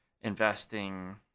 investing